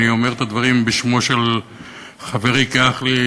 אני אומר את הדברים בשמו של חברי כאח לי,